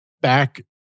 back